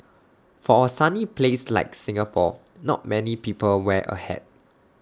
for A sunny place like Singapore not many people wear A hat